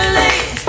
late